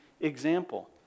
example